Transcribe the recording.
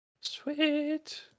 Sweet